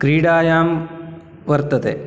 क्रीडायां वर्तते